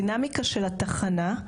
בדינמיקה של התחנה,